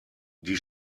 die